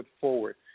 forward